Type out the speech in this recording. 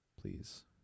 please